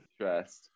Stressed